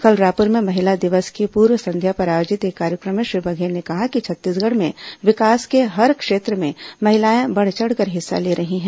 कल रायपुर में महिला दिवस की पूर्व संध्या पर आयोजित एक कार्यक्रम में श्री बघेल ने कहा कि छत्तीसगढ़ में विकास के हर क्षेत्र में महिलाए बढ़ चढ़कर हिस्सा ले रही हैं